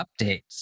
updates